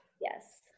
Yes